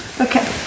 Okay